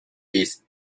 its